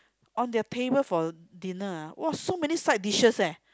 on their table for dinner ah !wah! so many side dishes eh